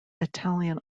italian